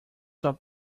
drop